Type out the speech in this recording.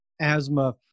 asthma